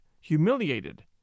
humiliated